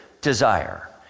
desire